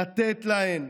לתת להן,